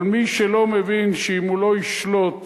אבל מי שלא מבין שאם הוא לא ישלוט